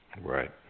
Right